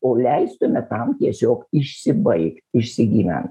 o leistume tam tiesiog išsibaigt išsigyvent